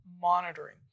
monitoring